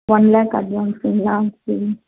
one lakh அட்வான்ஸுங்களா